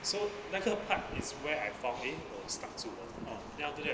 so 那个 part is where I found eh stuck 住了